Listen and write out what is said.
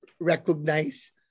Recognize